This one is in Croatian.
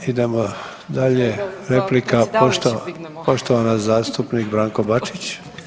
Ovaj idemo dalje replika, poštovani zastupnik Branko Bačić.